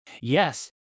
Yes